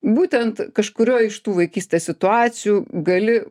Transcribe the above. būtent kažkurioj iš tų vaikystės situacijų gali